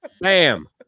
Bam